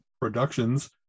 productions